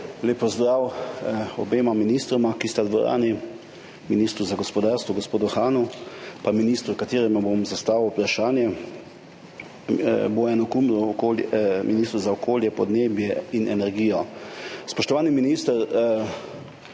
Lep pozdrav obema ministroma, ki sta v dvorani, ministru za gospodarstvo gospodu Hanu pa ministru, ki mu bom zastavil vprašanje, Bojanu Kumru, ministru za okolje, podnebje in energijo! Spoštovani minister,